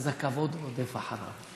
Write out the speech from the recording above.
ואז הכבוד רודף אחריו.